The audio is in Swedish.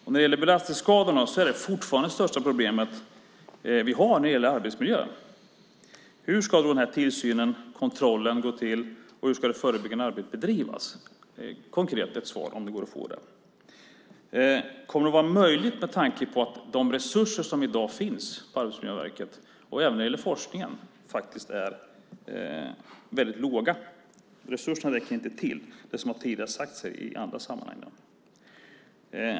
Belastningsskadorna är fortfarande det största problem vi har i arbetsmiljön. Hur ska tillsynen och kontrollen gå till? Och hur ska det förebyggande arbetet bedrivas? Jag ber om ett konkret svar, om det går att få ett sådant. Kommer detta att vara möjligt med tanke på att de resurser som i dag finns på Arbetsmiljöverket och även när det gäller forskningen är små? Resurserna räcker inte till, vilket tidigare har sagts i andra sammanhang.